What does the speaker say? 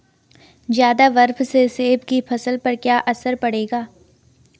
ज़्यादा बर्फ से सेब की फसल पर क्या असर पड़ेगा?